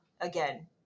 again